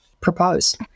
propose